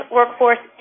Workforce